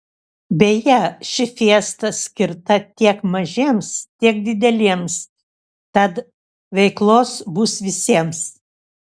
beje ši fiesta skirta tiek mažiems tiek dideliems tad veiklos bus visiems